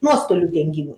nuostolių dengimui